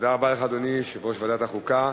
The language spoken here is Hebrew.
תודה רבה לך, אדוני יושב-ראש ועדת החוקה.